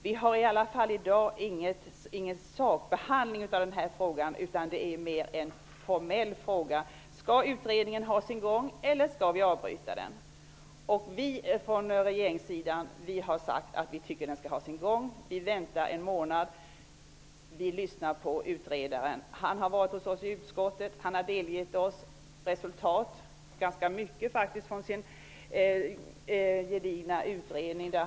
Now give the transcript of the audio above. Vi skall i dag inte sakbehandla denna fråga, utan det gäller den formella frågan om utredningen skall ha sin gång eller om vi skall avbryta den. Vi i regeringspartierna anser att den skall ha sin gång. vi väntar en månad och avvaktar utredaren. Han har varit hos oss i utskottet och delgett oss ganska mycket av resultaten av sin gedigna utredning.